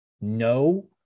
no